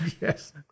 Yes